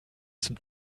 zum